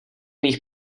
mých